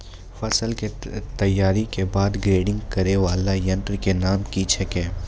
फसल के तैयारी के बाद ग्रेडिंग करै वाला यंत्र के नाम की छेकै?